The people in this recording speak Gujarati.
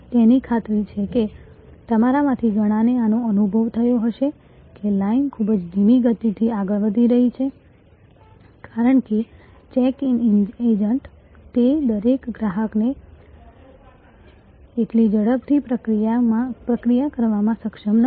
મને ખાતરી છે કે તમારામાંથી ઘણાને આનો અનુભવ થયો હશે કે લાઇન ખૂબ જ ધીમી ગતિએ આગળ વધી રહી છે કારણ કે ચેક ઇન એજન્ટ તે દરેક ગ્રાહકને એટલી ઝડપથી પ્રક્રિયા કરવામાં સક્ષમ નથી